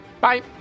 Bye